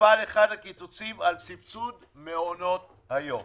אחד הקיצוצים נפל על סבסוד מעונות היום.